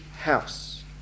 house